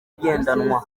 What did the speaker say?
igendanwa